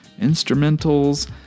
Instrumentals